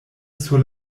sur